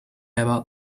about